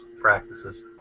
practices